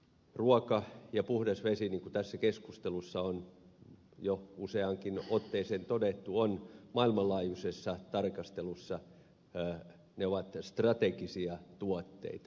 ruoka ja puhdas vesi niin kuin tässä keskustelussa on jo useaankin otteeseen todettu ovat maailmanlaajuisessa tarkastelussa strategisia tuotteita